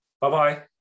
Bye-bye